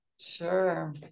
Sure